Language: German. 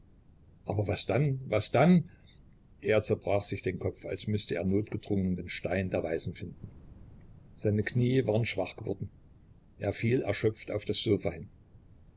aber was dann was dann er zerbrach sich den kopf als müßte er notgedrungen den stein der weisen finden seine knie waren schwach geworden er fiel erschöpft auf das sofa hin